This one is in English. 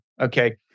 okay